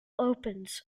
opens